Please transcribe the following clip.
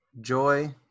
Joy